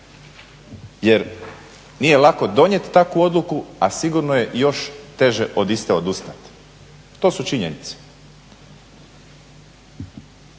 jer nije lako donijeti takvu odluku a sigurno je još teže od iste odustati. To su činjenice.